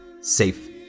safe